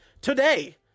today